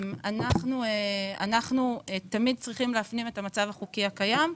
אנחנו תמיד צריכים להפנים את המצב החוקי הקיים,